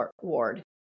Ward